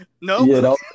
no